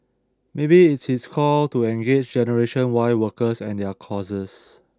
maybe it's his call to engage Generation Y workers and their causes